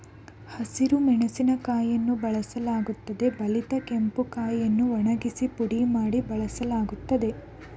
ಹಸಿರು ಮೆಣಸಿನಕಾಯಿಯನ್ನು ಬಳಸಲಾಗುತ್ತದೆ ಬಲಿತ ಕೆಂಪು ಕಾಯಿಯನ್ನು ಒಣಗಿಸಿ ಪುಡಿ ಮಾಡಿ ಬಳಸಲಾಗ್ತದೆ